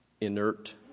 inert